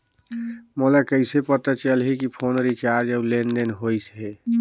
मोला कइसे पता चलही की फोन रिचार्ज और लेनदेन होइस हे?